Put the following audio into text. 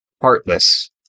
Heartless